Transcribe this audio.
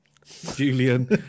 julian